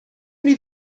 mynd